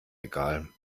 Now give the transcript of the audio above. egal